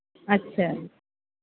अच्छा